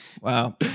Wow